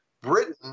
Britain